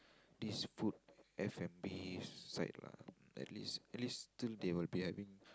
this food F-and-B site lah at least at least still they will be having